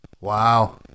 Wow